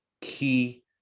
key